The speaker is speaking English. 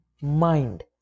mind